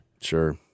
Sure